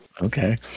okay